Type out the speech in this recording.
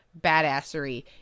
badassery